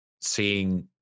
seeing